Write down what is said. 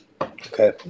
Okay